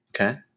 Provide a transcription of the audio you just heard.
Okay